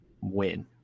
win